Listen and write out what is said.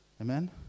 amen